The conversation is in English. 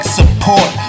support